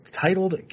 titled